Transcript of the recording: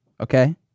Okay